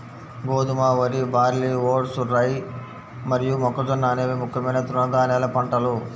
గోధుమ, వరి, barley, oats, rye మరియు మొక్కజొన్న అనేవి ముఖ్యమైన తృణధాన్యాల పంటలు